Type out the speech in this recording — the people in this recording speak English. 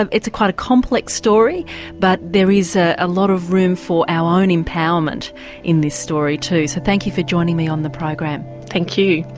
it's quite a complex story but there is ah a lot of room for our own empowerment in this story too. so thank you for joining me on the program. thank you.